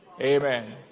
Amen